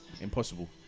Impossible